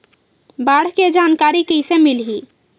बाढ़ के जानकारी कइसे मिलही?